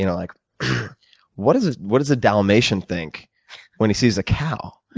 you know like what does ah what does a dalmation think when he sees a cow?